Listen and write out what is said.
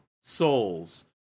souls